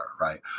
right